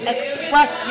Express